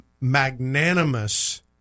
magnanimous